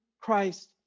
Christ